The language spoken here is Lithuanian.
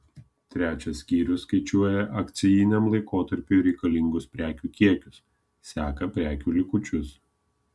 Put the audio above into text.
trečias skyrius skaičiuoja akcijiniam laikotarpiui reikalingus prekių kiekius seka prekių likučius